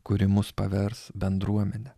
kuri mus pavers bendruomene